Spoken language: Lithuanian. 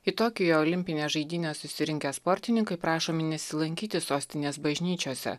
į tokijo olimpines žaidynes susirinkę sportininkai prašomi nesilankyti sostinės bažnyčiose